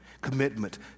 commitment